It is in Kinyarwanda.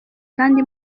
kandi